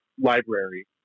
library